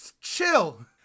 chill